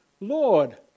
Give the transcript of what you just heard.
Lord